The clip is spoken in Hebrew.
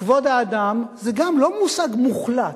כבוד האדם גם הוא לא מושג מוחלט.